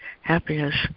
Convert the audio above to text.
happiness